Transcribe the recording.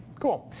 cool.